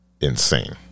Insane